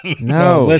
No